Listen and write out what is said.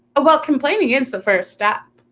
ah well, complaining is the first step.